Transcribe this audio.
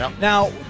Now